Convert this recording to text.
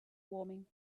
warming